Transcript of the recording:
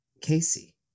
Casey